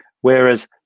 Whereas